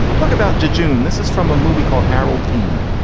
talk about jejune. this is from a movie called harold pean.